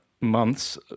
months